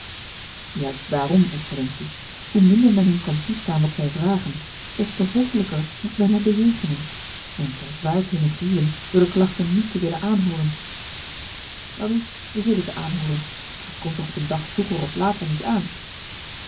juist daarom excellentie hoe minder men hun kan toestaan wat zij vragen des te hoffelijker moet men hen bejegenen men verzwaart hunne grieven door de klachten niet te willen aanhooren welnn we zullen ze aanhooren maar het komt toch op een dag vroeger of later niet aan